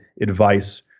advice